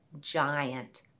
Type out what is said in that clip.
giant